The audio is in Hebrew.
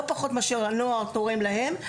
לא פחות מאשר הנוער תורם להם,